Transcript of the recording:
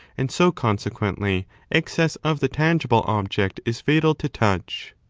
and so consequently excess of the tangible object is fatal to touch.